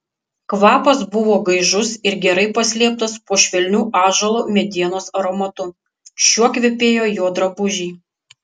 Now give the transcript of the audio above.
kvapas buvo gaižus ir gerai paslėptas po švelniu ąžuolo medienos aromatu šiuo kvepėjo jo drabužiai